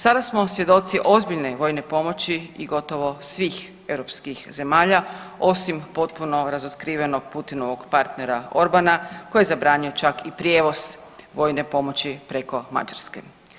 Sada smo svjedoci ozbiljne vojne pomoći i gotovo svih europskih zemalja osim potpuno razotkrivenog Putinovog partnera Orbana koji je zabranio čak i prijevoz vojne pomoći preko Mađarske.